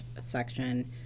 section